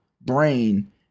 brain